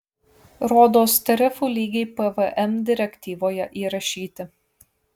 rodos tarifų lygiai pvm direktyvoje įrašyti